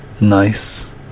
Nice